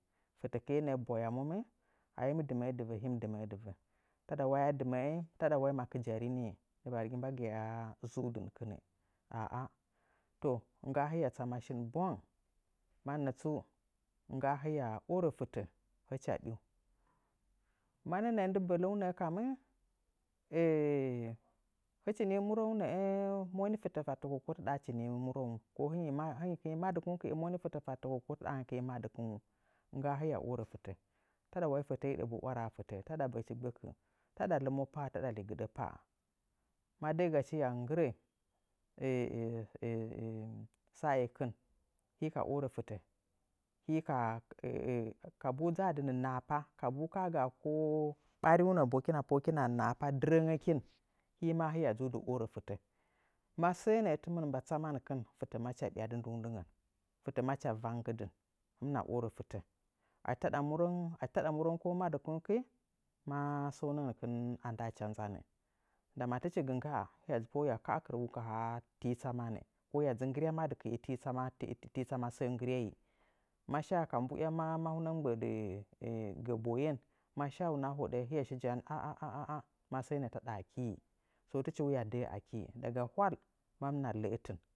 Fɨtəkɨe nəə bwayaməm, a hii mɨ dɨmə'ə dɨvə hii mɨ dɨmə'ə dɨvə. Taɗa wai a dɨmə'əi taɗa wai ma kɨjari niiyi mbagɨyaznudɨnkɨnnɨ. ngga hiya tsama shin bwang mannə tsu, ngga mya orə fɨtə hɨcha ɓiu manə nəə ndɨ bələngu nəə kammɨ hɨchi nji murəngu nəə moni fɨtə fattəko aku taɗa hichi nji murəngu? Ko hɨnyi tsu, hɨnyi kii kɨe moni fitə madukungu teko aku taɗa hɨnyi kii? Ngga hiya orə fɨtə, taɗa fətə hiɗa waraa, taɗa feti gbəkkɨ, taɗa lumo pa taɗa ligɨɗə pa'a. Ma də'ə gachi hiya nggɨrə sa'ekɨn hɨi ka orə fɨtə, hii ka kabuud zaa dɨ nanahapa, kabuu kaa gaa ko wo, ɓariunə boo hɨkɨna nahapa dɨrəngəkin, hii maa hiya dzuu dɨ orə fɨtə. Ma səə nəə tɨmɨn mba tsamankɨn, fɨtə macha ɓyadɨ nduundɨngən. Fitə macha vangnggɨdɨn hɨmɨna orə fitə. Achi taɗa murəngu ko madɨ kungu, ma səunəngənkɨn andaacha nzannɨ. Ndama tɨ chi gɨ ngga hiya ka'a kɨrəgu ka haa tii tsamanɨ, ko hiya dzɨ nggɨrya madɨkie tii tsama səə nggɨryaiyi ma shaa ka mbuya maa hunə mɨ nigbə'a dɨ gə boyen. Ma shaaunə a hoɗə hiya shi ja'an ahahah səə nəə taɗa akii. To tɨchi waa də'ə. Daga hwal lə'ətɨn.